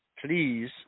Please